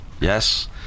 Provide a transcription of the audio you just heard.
yes